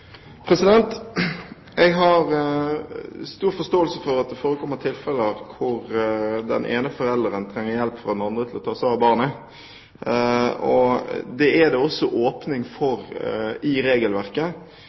Jeg har stor forståelse for at det forekommer tilfeller hvor den ene forelderen trenger hjelp fra den andre til å ta seg av barnet. Det er det også åpning